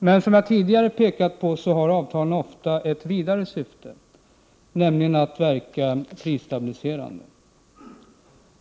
Men som jag tidigare framhållit har avtalen ofta ett vidare syfte, nämligen att verka prisstabiliserande.